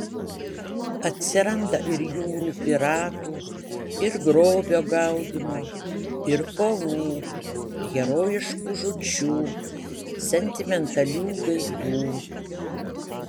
atsiranda ir jūrų piratų ir grobio gaudymo ir kovų herojiškų žūčių sentimentalių gaidų